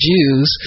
Jews